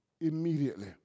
immediately